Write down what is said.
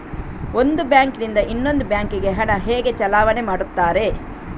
ಒಂದು ಬ್ಯಾಂಕ್ ನಿಂದ ಇನ್ನೊಂದು ಬ್ಯಾಂಕ್ ಗೆ ಹಣ ಹೇಗೆ ಚಲಾವಣೆ ಮಾಡುತ್ತಾರೆ?